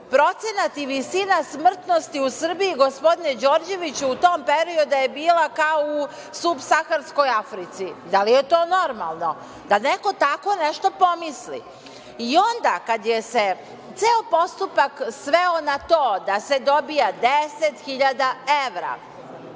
procenat i visina smrtnosti u Srbiji, gospodine Đorđeviću, u tom periodu je bila kao u Subsaharskoj Africi. Da li je to normalno da neko tako nešto pomisli? I onda kada se ceo postupak sveo na to da se dobija 10.000 evra